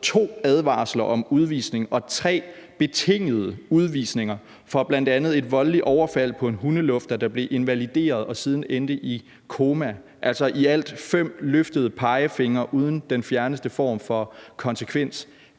to advarsler om udvisning og tre betingede udvisninger for bl.a. et voldeligt overfald på en hundelufter, der blev invalideret og siden endte i koma. Det er altså i alt fem løftede pegefingre uden den fjerneste form for konsekvens.